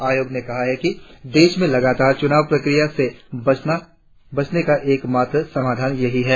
आयोग ने कहा है कि देश में लगातार चुनाव प्रक्रिया से बचने का एकमात्र समाधान यही है